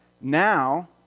now